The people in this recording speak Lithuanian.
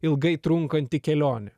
ilgai trunkanti kelionė